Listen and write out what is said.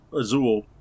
Azul